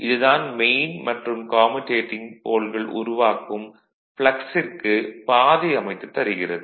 இது தான் மெயின் மற்றும் கம்யூடேட்டிங் போல்கள் உருவாக்கும் ப்ளக்ஸிற்கு பாதை அமைத்துத் தருகிறது